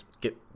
get